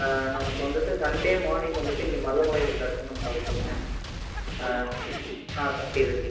நமக்கு வந்துட்டு Sunday morning வந்துட்டு இங்கே மருதமலையில் தரிசனம் பார்த்துருக்கேன் ஆ சார் இருக்குது